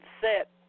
set